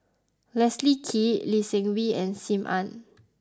Leslie Kee Lee Seng Wee and Sim Ann